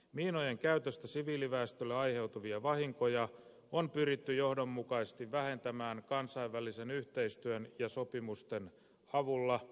miinojen käytöstä siviiliväestölle aiheutuvia vahinkoja on pyritty johdonmukaisesti vähentämään kansainvälisen yhteistyön ja sopimusten avulla